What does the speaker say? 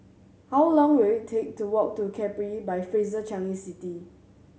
how long will it take to walk to Capri by Fraser Changi City